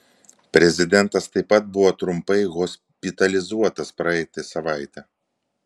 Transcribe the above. prezidentas taip pat buvo trumpai hospitalizuotas praeitą savaitę